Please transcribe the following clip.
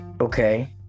Okay